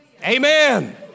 Amen